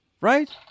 right